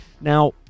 Now